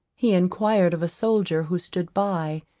he enquired of a soldier who stood by,